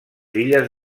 illes